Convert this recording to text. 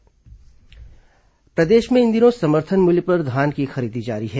धान खरीदी प्रदेश में इन दिनों समर्थन मूल्य पर धान की खरीदी जारी है